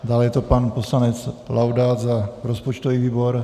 Dále je to pan poslanec Laudát za rozpočtový výbor.